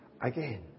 again